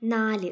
നാല്